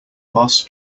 boss